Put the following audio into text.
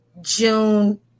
June